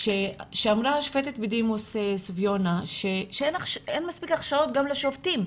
שאמרה השופטת בדימוס סביונה שאין מספיק הכשרות גם לשופטים.